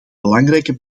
belangrijke